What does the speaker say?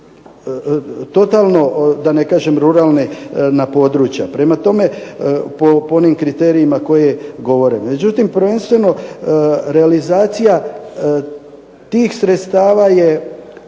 totalno da ne kažem ruralna područja. Prema tome, po onim kriterijima koje govore. Međutim, prvenstveno realizacija tih sredstava je